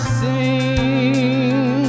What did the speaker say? sing